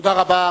תודה.